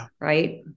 right